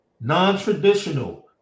non-traditional